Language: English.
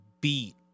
beat